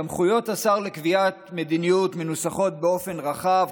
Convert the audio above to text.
סמכויות השר לקביעת מדיניות מנוסחות באופן רחב,